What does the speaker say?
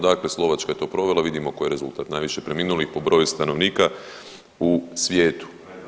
Dakle, Slovačka je to provela vidimo koji je rezultat, najviše preminulih po broju stanovnika u svijetu.